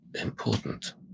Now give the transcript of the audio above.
important